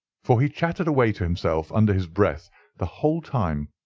for he chattered away to himself under his breath the whole time,